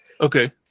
Okay